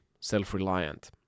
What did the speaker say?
self-reliant